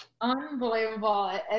Unbelievable